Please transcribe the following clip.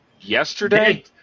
yesterday